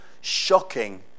shocking